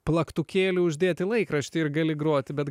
plaktukėlį uždėti laikraštį ir gali groti bet